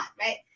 right